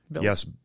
yes